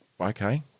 okay